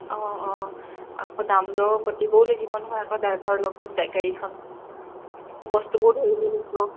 অঁ অঁ আকৌ দাম দৰো পাতিবও লাগিব নহয় আকৌ ড্ৰাইভাৰৰ লগত গাড়ীখন বস্তুবোৰ ধৰিব লাগিব